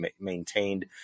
maintained